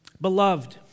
Beloved